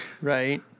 right